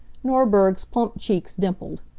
norberg's plump cheeks dimpled.